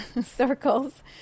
circles